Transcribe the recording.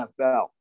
NFL